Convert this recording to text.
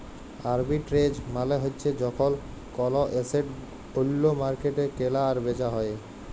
arbitrage মালে হ্যচ্যে যখল কল এসেট ওল্য মার্কেটে কেলা আর বেচা হ্যয়ে